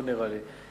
לא נראה לי.